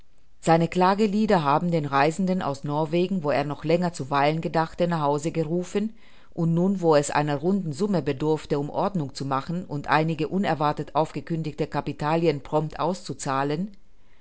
seine klagelieder haben den reisenden aus norwegen wo er noch länger zu weilen gedachte nach hause gerufen und nun wo es einer runden summe bedurfte um ordnung zu machen und einige unerwartet aufgekündigte capitalien prompt auszuzahlen